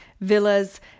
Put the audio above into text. villas